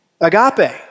Agape